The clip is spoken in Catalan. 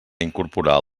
incorporar